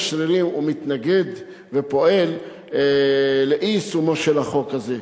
שרירים ומתנגד ופועל לאי-יישומו של החוק הזה.